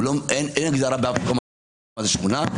אין הגדרה באף מקום מה זו שכונה,